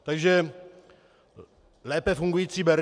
Takže lépe fungující berně?